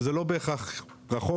וזה לא בהכרח רחוק,